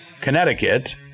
Connecticut